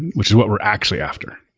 which is what we're actually after.